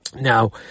Now